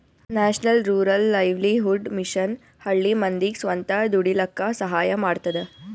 national rural livelihood mission ಹಳ್ಳಿ ಮಂದಿಗ್ ಸ್ವಂತ ದುಡೀಲಕ್ಕ ಸಹಾಯ ಮಾಡ್ತದ